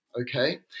okay